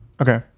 Okay